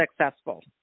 successful